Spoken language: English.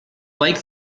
like